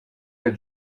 del